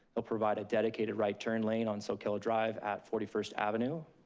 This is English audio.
we'll provide a dedicated right turn lane on soquel drive at forty first avenue.